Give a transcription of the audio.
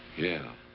yeah.